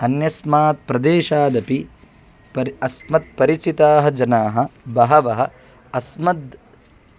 अन्यस्मात् प्रदेशादपि परि अस्मत् परिचिताः जनाः बहवः अस्मद्